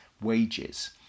wages